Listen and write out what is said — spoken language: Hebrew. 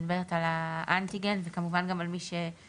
אני מדברת על האנטיגן וכמובן גם על מי שעושה